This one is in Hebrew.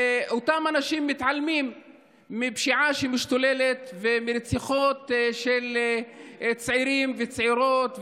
אותם אנשים מתעלמים מפשיעה שמשתוללת ומרציחות של צעירים וצעירות,